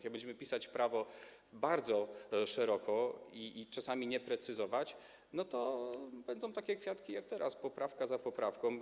Jak będziemy pisać prawo bardzo szeroko i czasami nie precyzować, to będą takie kwiatki jak teraz, poprawka za poprawką.